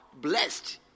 blessed